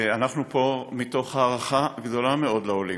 אנחנו פה מתוך הערכה גדולה מאוד לעולים,